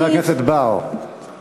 חבר הכנסת בר,